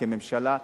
כממשלה,